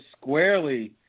squarely